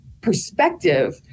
perspective